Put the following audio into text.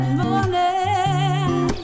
morning